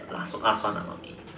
last last one ah mummy